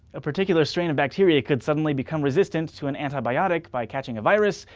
a particular strain of bacteria could suddenly become resistant to an antibiotic by catching a virus,